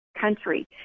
country